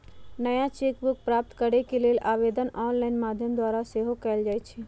नया cheque book प्राप्त करेके लेल आवेदन ऑनलाइन माध्यम द्वारा सेहो कएल जा सकइ छै